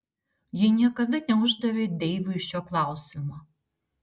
ji niekada neuždavė deivui šio klausimo